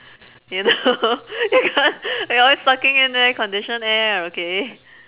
you know because you're always sucking in air conditioned air okay